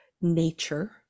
nature